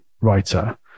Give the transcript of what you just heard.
writer